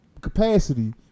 capacity